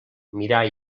mirar